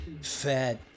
fat